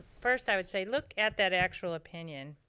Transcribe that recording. first i would say, look at that actual opinion,